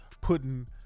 putting